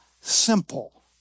simple